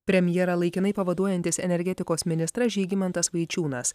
premjerą laikinai pavaduojantis energetikos ministras žygimantas vaičiūnas